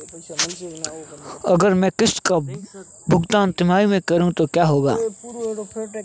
अगर मैं किश्त का भुगतान तिमाही में करूं तो क्या होगा?